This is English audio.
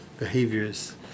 Behaviors